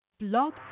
Blog